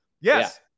Yes